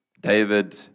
David